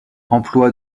emploi